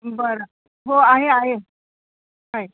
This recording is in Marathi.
बरं हो आहे आहे आहे